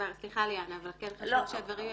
סליחה, ליאנה, אבל חשוב שהדברים ייאמרו.